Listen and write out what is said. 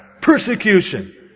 Persecution